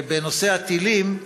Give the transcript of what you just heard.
בנושא הטילים,